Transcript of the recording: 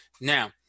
Now